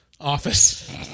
office